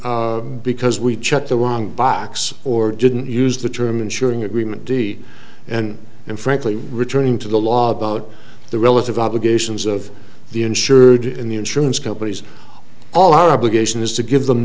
saying because we checked the wong box or didn't use the term ensuring agreement d and and frankly returning to the law about the relative obligations of the insured in the insurance companies all our obligation is to give them